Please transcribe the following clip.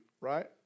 right